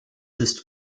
ist